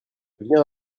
viens